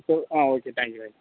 O okay thank you thank you